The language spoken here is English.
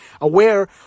aware